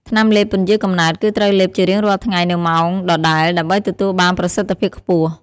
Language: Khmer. ថ្នាំលេបពន្យារកំណើត គឺត្រូវលេបជារៀងរាល់ថ្ងៃនៅម៉ោងដដែលដើម្បីទទួលបានប្រសិទ្ធភាពខ្ពស់។